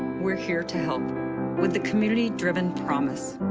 we're here to help with the community driven promise.